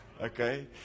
Okay